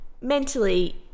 mentally